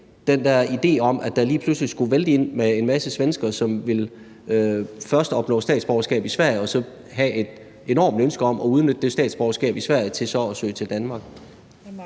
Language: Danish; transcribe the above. der idé om, at det lige pludselig skulle vælte ind med en masse svenskere, som efter først at have opnået statsborgerskab i Sverige så har et enormt ønske om at udnytte det statsborgerskab i Sverige til at søge til Danmark?